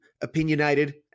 opinionated